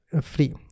free